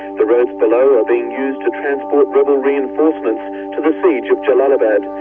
the roads below are being used to transport rebel reinforcements to the siege of jellalabad.